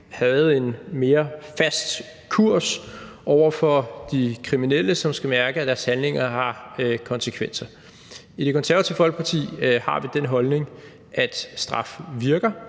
havde en mere fast kurs over for de kriminelle, som skal mærke, at deres handlinger har konsekvenser. I Det Konservative Folkeparti har vi den holdning, at straf virker.